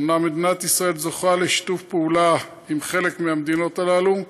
אומנם מדינת ישראל זוכה לשיתוף פעולה עם חלק מהמדינות הללו,